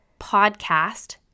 PODCAST